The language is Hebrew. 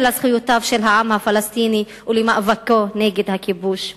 לזכויותיו של העם הפלסטיני ולמאבקו נגד הכיבוש.